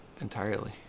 entirely